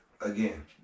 Again